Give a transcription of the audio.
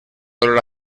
color